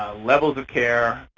levels of care,